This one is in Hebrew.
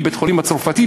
בית-החולים הצרפתי?